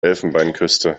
elfenbeinküste